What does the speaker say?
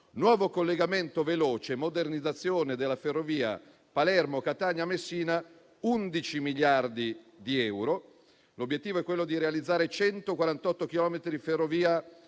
nuovo collegamento veloce e modernizzazione della ferrovia Palermo-Catania-Messina per 11 miliardi di euro. L'obiettivo è quello di realizzare 148 chilometri di ferrovia